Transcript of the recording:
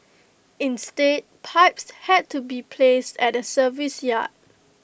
instead pipes had to be placed at the service yard